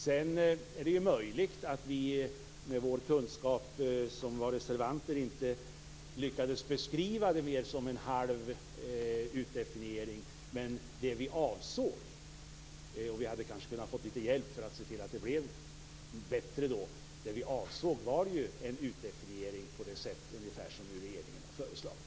Sedan är de möjligt att vi reservanter med vår kunskap inte lyckades beskriva det hela mera än som en halv utdefiniering, men det som vi avsåg - och vi hade kanske kunnat få litet hjälp för att det skulle ha blivit bättre - var en utdefiniering ungefär på det sätt som regeringen nu har föreslagit.